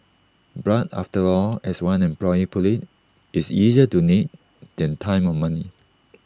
blood after all as one employee put IT is easier donate than time or money